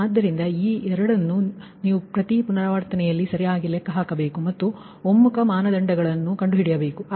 ಆದ್ದರಿಂದ ಈ 2 ಅನ್ನು ನೀವು ಪ್ರತಿ ಪುನರಾವರ್ತನೆಯಲ್ಲೂ ಸರಿಯಾಗಿ ಲೆಕ್ಕ ಹಾಕಬೇಕು ಮತ್ತು ಕನ್ವರ್ಜೆನ್ಸ್ ಮಾನದಂಡಗಳನ್ನು ಕಂಡುಹಿಡಿಯಬೇಕು